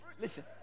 Listen